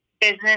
business